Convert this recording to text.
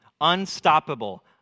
unstoppable